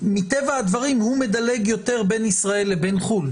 מטבע הדברים הוא מדלג יותר בין ישראל לבין חו"ל,